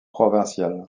provincial